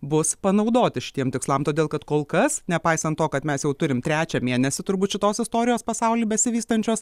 bus panaudoti šitiem tikslam todėl kad kol kas nepaisant to kad mes jau turim trečią mėnesį turbūt šitos istorijos pasauly besivystančios